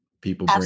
people